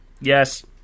Yes